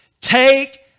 Take